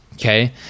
Okay